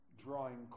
drawing